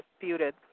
disputed